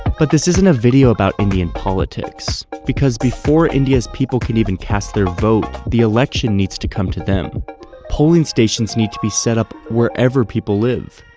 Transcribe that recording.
but this isn't a video about indian politics, because before india's people can even cast their vote, the election needs to come to them polling stations need to be set up wherever people live.